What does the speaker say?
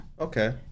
Okay